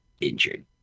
injured